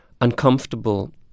uncomfortable